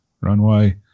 runway